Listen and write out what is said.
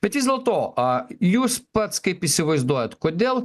bet vis dėlto a jūs pats kaip įsivaizduojat kodėl